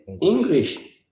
English